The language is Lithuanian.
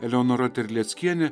eleonora terleckienė